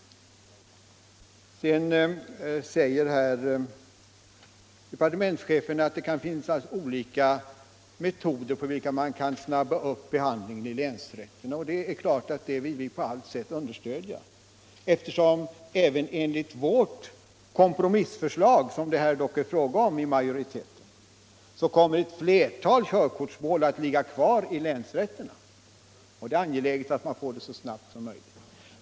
Sedan säger departementschefen att det kan finnas olika metoder för att snabba upp behandlingen i länsrätten. Det är klart att vi på alla sätt vill understödja en sådan uppsnabbning. Även enligt utskottsmajoritetens förslag, som ju är ett kompromissförslag, kommer ett flertal körkortsmål att ligga kvar i länsrätterna, och det är angeläget att de handläggs så snabbt som möjligt.